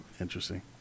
Interesting